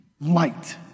light